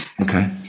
Okay